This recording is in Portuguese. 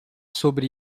sobre